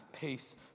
peace